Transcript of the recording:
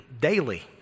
daily